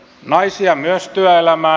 naisia myös työelämään